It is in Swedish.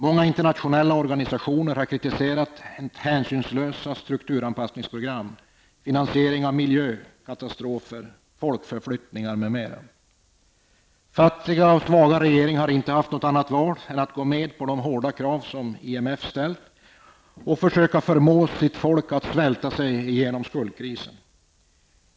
Många internationella organisationer har kritiserat hänsynslösa strukturanpassningsprogram, finansiering av miljökatastrofer, folkförflyttningar m.m. Fattiga och svaga regeringar har inte haft något annat val än att gå med på de hårda krav som IMF har ställt och försöka förmå sitt folk att svälta sig igenom skuldkrisen.